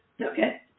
okay